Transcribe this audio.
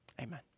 amen